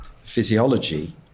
physiology